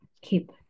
keep